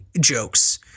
Jokes